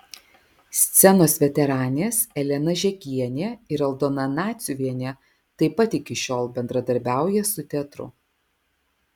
scenos veteranės elena žekienė ir aldona naciuvienė taip pat iki šiol bendradarbiauja su teatru